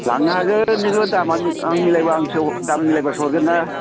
लांनो हागोन खिन्थु दामा मिलायबा आंसो दाम मिलायबासो हरगोन ना